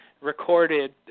recorded